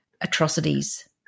atrocities